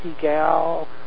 gal